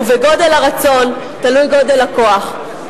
ובגודל הרצון תלוי גודל הכוח.